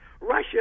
Russia